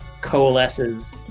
coalesces